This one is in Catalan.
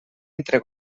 entre